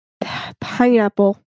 Pineapple